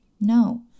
No